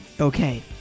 Okay